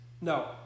No